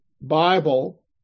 Bible